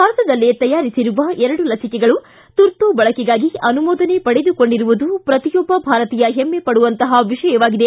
ಭಾರತದಲ್ಲೇ ತಯಾರಿಸಿರುವ ಎರಡು ಲಿಸಿಕೆಗಳು ತುರ್ತು ಬಳಕೆಗಾಗಿ ಅನುಮೋದನೆ ಪಡೆದುಕೊಂಡಿರುವುದು ಪ್ರತಿಯೊಬ್ಬ ಭಾರತೀಯ ಹೆಮ್ಮೆಪಡುವಂತಹ ವಿಷಯವಾಗಿದೆ